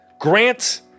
Grant